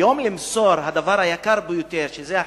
היום, למסור את הדבר היקר ביותר, שזה החינוך,